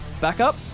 backup